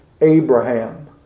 Abraham